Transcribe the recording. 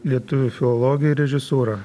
lietuvių filologiją ir režisūrą